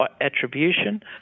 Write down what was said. attribution